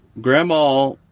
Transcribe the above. grandma